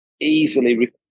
easily